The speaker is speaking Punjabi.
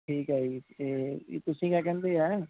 ਠੀਕ ਹੈ ਜੀ ਏ ਤੁਸੀਂ ਕਿਆ ਕਹਿੰਦੇ ਹੈ